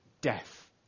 death